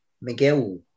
Miguel